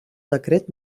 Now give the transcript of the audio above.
decret